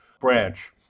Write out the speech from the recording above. branch